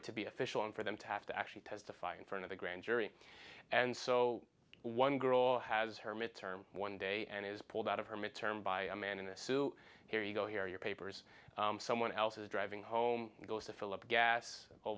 it to be official and for them to have to actually testify in front of a grand jury and so one girl has her mid term one day and is pulled out of her mid term by a man in a suit here you go here your papers someone else is driving home goes to fill up gas all